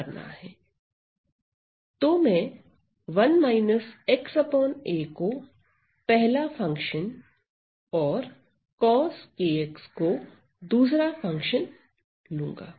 तो मैं 1 xa को पहला फंक्शन और cos को दूसरा फंक्शन लूंगा